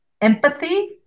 empathy